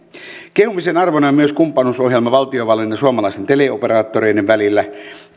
kehumisen arvoinen on myös kumppanuusohjelma valtiovallan ja suomalaisten teleoperaattoreiden välillä